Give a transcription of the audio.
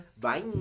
Bye